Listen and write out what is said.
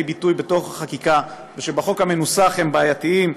ביטוי בחקיקה ושבחוק המנוסח הם בעייתיים.